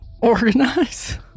Organize